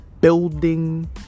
building